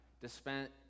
dispense